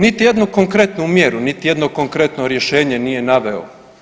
Niti jednu konkretnu mjeru, niti jedno konkretno rješenje nije naveo.